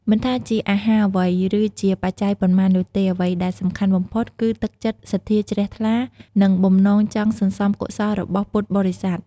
មិនថាជាអាហារអ្វី ឬជាបច្ច័យប៉ុន្មាននោះទេ អ្វីដែលសំខាន់បំផុតគឺទឹកចិត្តសទ្ធាជ្រះថ្លា និងបំណងចង់សន្សំកុសលរបស់ពុទ្ធបរិស័ទ។